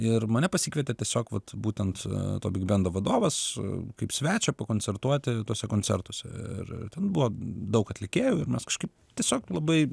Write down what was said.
ir mane pasikvietė tiesiog vat būtent to bigbendo vadovas kaip svečią pakoncertuoti tuose koncertuose ir ten buvo daug atlikėjų mes kažkaip tiesiog labai